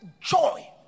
joy